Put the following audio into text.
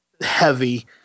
heavy